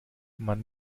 man